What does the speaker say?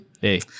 Hey